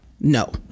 no